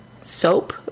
soap